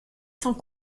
sans